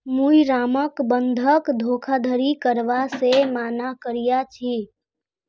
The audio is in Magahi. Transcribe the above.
मुई रामक बंधक धोखाधड़ी करवा से माना कर्या छीनु